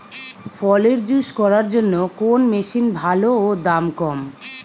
ফলের জুস করার জন্য কোন মেশিন ভালো ও দাম কম?